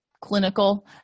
clinical